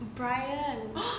Brian